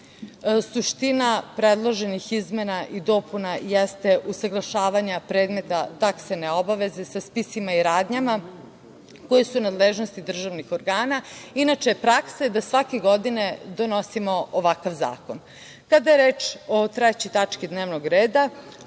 suština predloženih izmena i dopuna jeste usaglašavanja predmeta taksene obaveze sa spisima i radnjama koje su u nadležnosti državnih organa. Inače, praksa je da svake godine donosimo ovakav zakon. Kada je reč o trećoj tački dnevnog reda